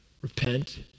Repent